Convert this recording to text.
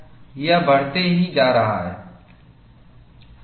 यह बढ़ती ही जा रही है